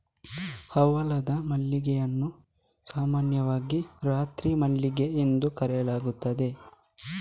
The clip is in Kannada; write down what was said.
ಹವಳದ ಮಲ್ಲಿಗೆಯನ್ನು ಸಾಮಾನ್ಯವಾಗಿ ರಾತ್ರಿ ಮಲ್ಲಿಗೆ ಎಂದು ಕರೆಯಲಾಗುತ್ತದೆ